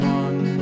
one